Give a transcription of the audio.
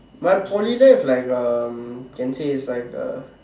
my Poly life like um can say it's like uh